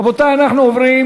רבותי, אנחנו עוברים